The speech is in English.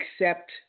accept